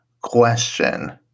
question